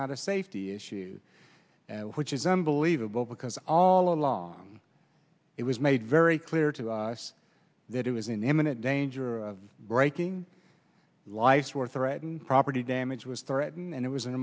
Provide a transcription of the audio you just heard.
not a safety issue which is unbelievable because all along it was made very clear to us that it was in imminent danger of breaking life's were threatened property damage was threatened and it was an